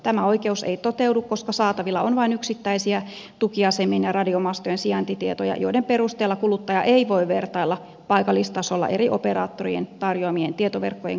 tämä oikeus ei toteudu koska saatavilla on vain yksittäisiä tukiasemien ja radiomastojen sijaintitietoja joiden perusteella kuluttaja ei voi vertailla paikallistasoilla eri operaattoreiden tarjoamien tietoverkkojen kattavuutta